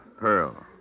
Pearl